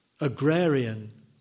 agrarian